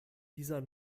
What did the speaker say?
dieser